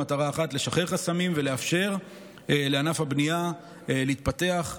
במטרה לשחרר חסמים ולאפשר לענף הבנייה להתפתח,